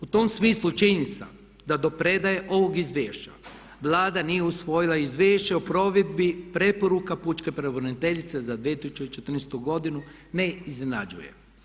U tom smislu činjenica da do predaje ovog izvješća Vlada nije usvojila Izvješće o provedbi preporuka pučke pravobraniteljice za 2014. godinu ne iznenađuje.